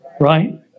right